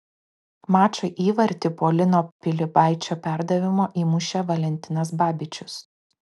mačo įvartį po lino pilibaičio perdavimo įmušė valentinas babičius